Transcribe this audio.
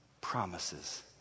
promises